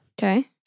Okay